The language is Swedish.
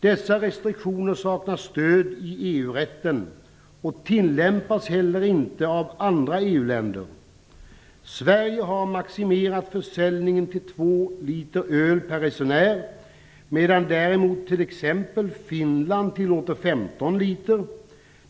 Dessa restriktioner saknar stöd i EU-rätten och tilllämpas heller inte av andra EU-länder. Sverige har maximerat försäljningen till 2 liter öl per resenär, medan däremot t.ex. Finland tillåter 15 liter.